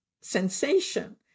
sensation